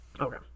Okay